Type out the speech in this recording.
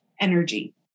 energy